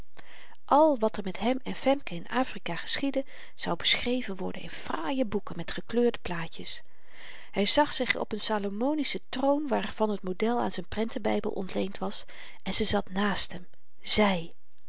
al wat er met hem en femke in afrika geschiedde zou beschreven worden in fraaie boeken met gekleurde plaatjes hy zag zich op n salomonischen troon waarvan t model aan z'n prentenbybel ontleend was en ze zat naast hem zy